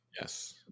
Yes